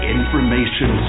Information